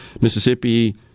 Mississippi